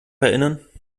erinnern